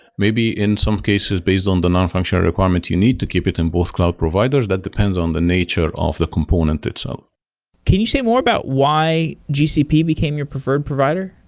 maybe in some cases based on the non functional requirement you need to keep it in both cloud providers that depends on the nature of the component itself can you say more about why gcp became your preferred provider?